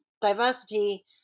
diversity